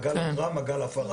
מעגל חברה ומעגל הפרה.